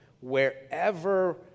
wherever